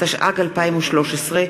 התשע"ג 2013,